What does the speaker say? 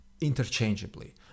interchangeably